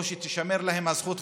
או שתישמר להם הזכות,